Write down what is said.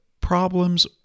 problems